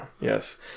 Yes